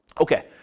Okay